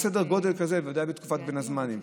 בסדר גודל כזה, ודאי בתקופת בין הזמנים.